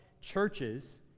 churches